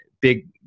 big